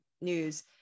news